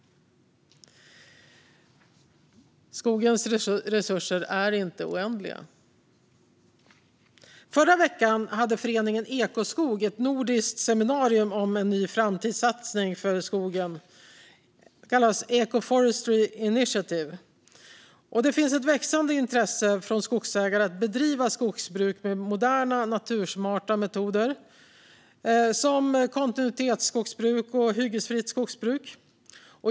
Skogens resurser är inte oändliga. Förra veckan hade föreningen Ekoskog ett nordiskt seminarium om en ny framtidssatsning för skogen som kallas Ecoforestry Initiative. Det finns ett växande intresse från skogsägare att bedriva skogsbruk med moderna och natursmarta metoder som kontinuitetsskogsbruk och hyggesfritt skogsbruk.